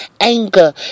anger